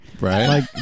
right